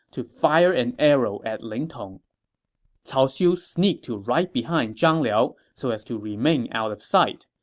to fire an arrow at ling tong cao xiu sneaked to right behind zhang liao so as to remain out of sight.